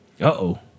Uh-oh